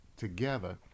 Together